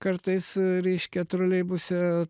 kartais reiškia troleibuse